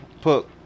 put